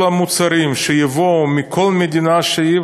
כל המוצרים שיגיעו מכל מדינה שהיא,